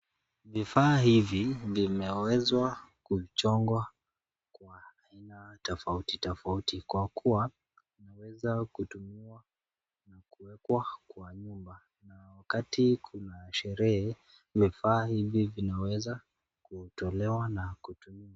Vifaa hivi vimewezwa kuchongwa kwa aina tofauti tofauti kwa kuwa vimeweza kutumiwa na kuwekea kwa nyumba na wakati kuna sherehe vifaa hivi vinaweza kutolewa na kutumiwa.